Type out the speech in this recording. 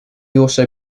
also